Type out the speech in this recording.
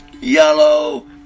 yellow